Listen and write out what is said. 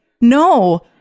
No